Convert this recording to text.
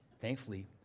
Thankfully